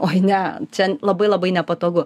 oi ne čia n labai labai nepatogu